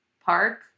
park